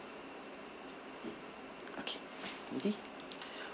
okay okay